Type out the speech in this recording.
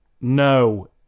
no